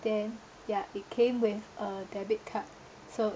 then ya it came with uh debit card so